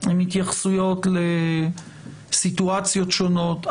עם התייחסויות לסיטואציות שונות.